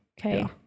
Okay